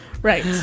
Right